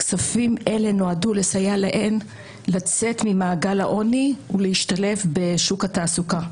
כספים אלה נועדו לסייע להן לצאת ממעגל העוני ולהשתלב בשוק התעסוקה.